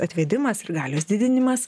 atvedimas ir galios didinimas